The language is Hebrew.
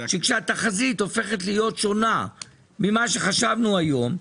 כשהתחזית הופכת להיות שונה ממה שחשבנו היום,